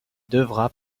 devra